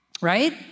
right